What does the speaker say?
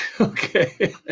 Okay